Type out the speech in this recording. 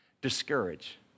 Discourage